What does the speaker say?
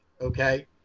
okay